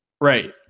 Right